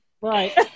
Right